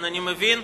אני מבין,